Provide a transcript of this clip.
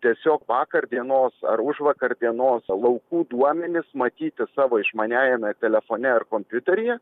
tiesiog vakar dienos ar užvakar dienos laukų duomenis matyti savo išmaniajame telefone ar kompiuteryje